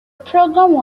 program